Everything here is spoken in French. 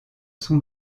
son